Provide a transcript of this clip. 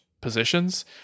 positions